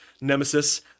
nemesis